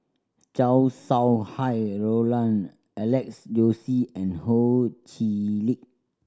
Chow Sau Hai Roland Alex Josey and Ho Chee Lick